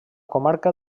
comarca